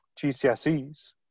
GCSEs